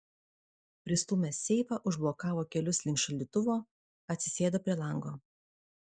pristūmęs seifą užblokavo kelius link šaldytuvo atsisėdo prie lango